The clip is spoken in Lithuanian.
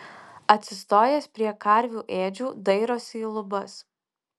atsistojęs prie karvių ėdžių dairosi į lubas